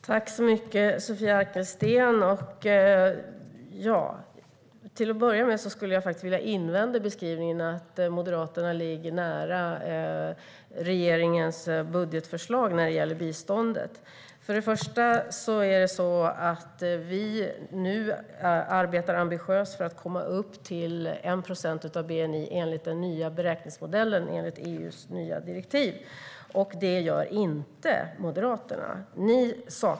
Herr talman! Till att börja med skulle jag vilja invända mot beskrivningen att Moderaterna ligger nära regeringens budgetförslag när det gäller biståndet. För det första arbetar vi nu ambitiöst för att komma upp till 1 procent av bni i enlighet med den nya beräkningsmodellen och EU:s nya direktiv. Det gör inte Moderaterna.